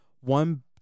one